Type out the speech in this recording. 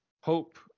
hope